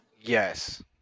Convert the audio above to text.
Yes